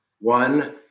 one